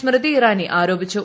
സ്മൃതി ഇറാനി ആരോപിച്ചു